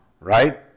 right